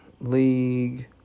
League